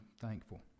thankful